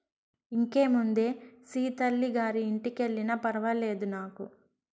ఇంకేముందే సీతల్లి గారి ఇంటికెల్లినా ఫర్వాలేదు నాకు